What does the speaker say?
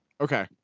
Okay